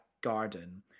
garden